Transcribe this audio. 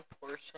portion